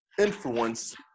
influence